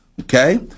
Okay